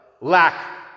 lack